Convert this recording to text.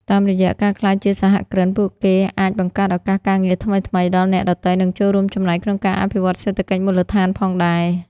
តាមរយៈការក្លាយជាសហគ្រិន ពួកគេអាចបង្កើតឱកាសការងារថ្មីៗដល់អ្នកដទៃ និងចូលរួមចំណែកក្នុងការអភិវឌ្ឍសេដ្ឋកិច្ចមូលដ្ឋានផងដែរ។